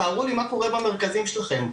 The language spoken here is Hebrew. תתארו לי מה קורה במרכזים שלכם,